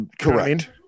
Correct